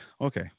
Okay